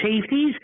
safeties